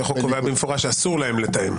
כי החוק קובע במפורש שאסור להם לתאם.